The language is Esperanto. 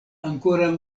ankoraŭ